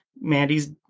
Mandy's